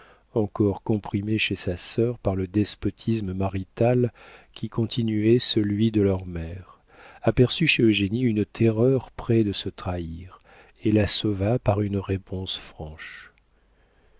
encore comprimés chez sa sœur par le despotisme marital qui continuait celui de leur mère aperçut chez eugénie une terreur près de se trahir et la sauva par une réponse franche